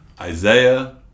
isaiah